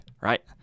right